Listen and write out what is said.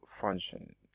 function